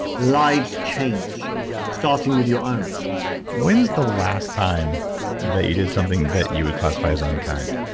lives change starting with your own when's the last time that you did something that you would classify as unkind?